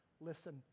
Listen